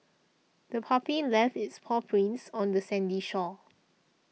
the puppy left its paw prints on the sandy shore